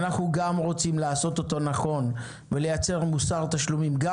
ואנחנו גם רוצים לעשות אותו נכון ולייצר מוסר תשלומים גם